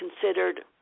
considered